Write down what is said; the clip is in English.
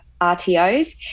RTOs